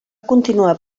continuar